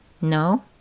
No